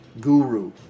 guru